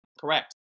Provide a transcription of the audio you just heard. correct